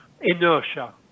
inertia